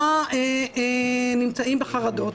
הם נמצאים בחרדות,